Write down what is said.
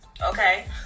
okay